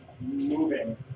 moving